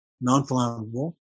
non-flammable